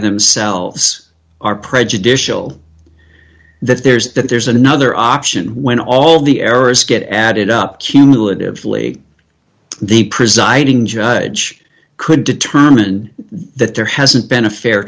themselves are prejudicial that there's that there's another option when all the errors get added up cumulatively the presiding judge could determine that there hasn't been a fair